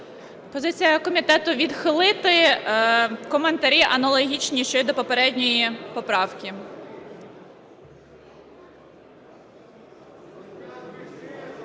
Позиція комітету – відхилити. Коментарі аналогічні, що і до попередньої поправки.